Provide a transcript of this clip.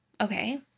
okay